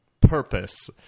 Purpose